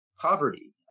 poverty